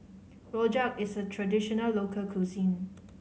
rojak is a traditional local cuisine